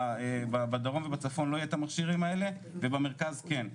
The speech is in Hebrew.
שבדרום ובצפון לא יהיה את המכשירים האלה ובמרכז כן,